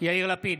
יאיר לפיד,